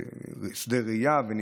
שדה הראייה וניתוב.